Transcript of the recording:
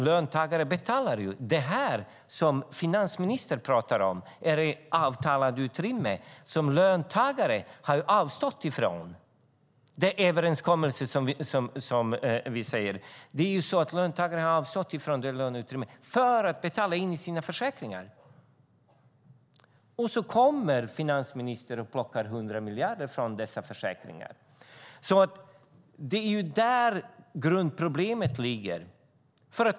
Löntagarna betalar det som finansministern pratar om. Det är ett avtalat utrymme som löntagare har avstått ifrån i en överenskommelse. Löntagare har avstått från ett visst löneutrymme för att betala in i sina försäkringar. Så kommer finansministern och plockar 100 miljarder från dessa försäkringar. Det är där grundproblemet ligger.